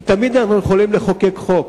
כי תמיד אנחנו יכולים לחוקק חוק.